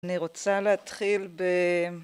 אני רוצה להתחיל ב...